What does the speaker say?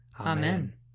Amen